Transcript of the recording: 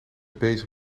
bezig